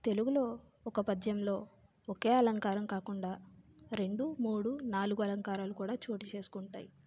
తెలుగులో ఒక పద్యంలో ఒక అలంకారం కాకుండా రెండు మూడు నాలుగు అలంకారాలు కూడా చోటు చేసుకుంటాయి